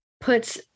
puts